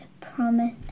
promise